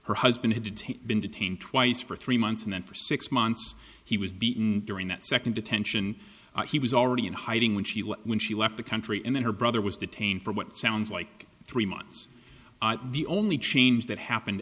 her husband had to been detained twice for three months and then for six months he was beaten during that second detention he was already in hiding when she when she left the country and her brother was detained for what sounds like three months the only change that happened